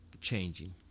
changing